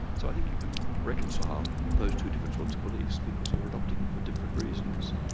so i think you can reconcile those two different sorts of beliefs because you're adopting them for different reasons.